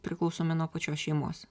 priklausomi nuo pačios šeimos